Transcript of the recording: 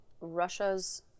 Russia's